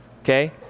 okay